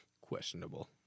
questionable